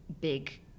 Big